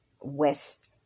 west